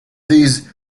these